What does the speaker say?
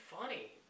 funny